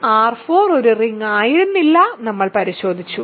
R4 ഒരു ring ആയിരുന്നില്ല നമ്മൾ പരിശോധിച്ചു